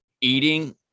eating